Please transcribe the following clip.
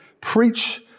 preach